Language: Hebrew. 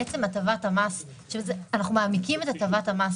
בעצם הטבת המס שאנחנו מעמיקים את הטבת המס